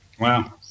Wow